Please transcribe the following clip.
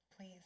please